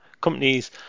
companies